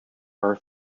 are